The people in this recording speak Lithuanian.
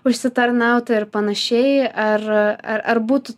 užsitarnautą ir panašiai ar ar ar būtų